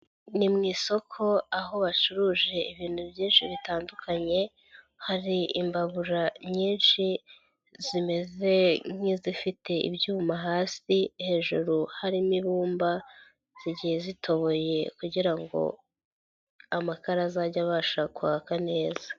Ni mu isoko aho bacuruje ibintu byinshi bitandukanye hari imbabura nyinshi zimeze nk'izifite ibyuma hasi, hejuru harimo ibumba zigiye zitoboye kugira ngo amakara azajya abasha kwaka neza.